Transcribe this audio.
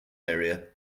area